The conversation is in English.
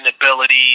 ability